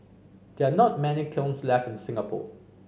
there are not many kilns left in Singapore